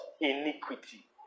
Iniquity